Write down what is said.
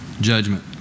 judgment